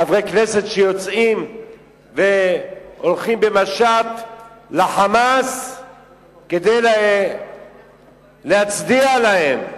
חברי כנסת שיוצאים והולכים במשט ל"חמאס" כדי להצדיע להם,